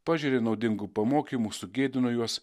pažėrė naudingų pamokymų sugėdino juos